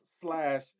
slash